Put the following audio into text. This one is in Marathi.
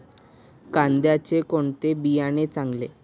कांद्याचे कोणते बियाणे चांगले?